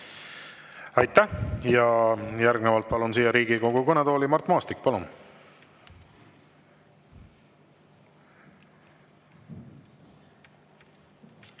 Aitäh! Järgnevalt palun siia Riigikogu kõnetooli Mart Maastiku.